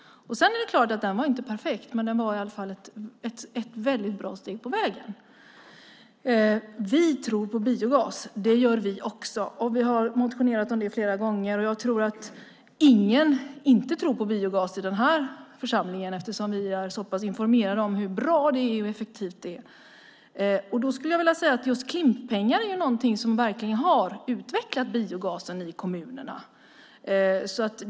Det är klart att den inte var perfekt, men den var i alla fall ett väldigt bra steg på vägen. Ni tror på biogas. Det gör vi också. Vi har motionerat om det flera gånger. Jag tror ingen i den här församlingen inte tror på biogas eftersom vi är så pass informerade om hur bra och effektiv den är. Då skulle jag vilja säga att just Klimppengar är någonting som i hög grad har utvecklat biogasen i kommunerna.